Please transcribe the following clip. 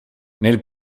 nel